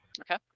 Okay